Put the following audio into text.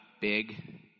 big